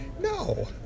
no